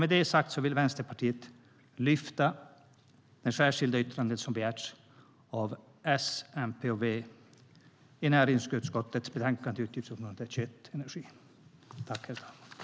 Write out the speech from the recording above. Med det sagt vill Vänsterpartiet lyfta fram det särskilda yttrande som har begärts av S, MP och V i näringsutskottets betänkande i utgiftsområde 21 Energi.